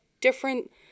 different